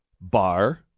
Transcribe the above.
bar